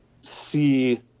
see